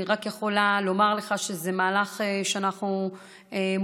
אני רק יכולה לומר לך שזה מהלך שאנחנו מובילים,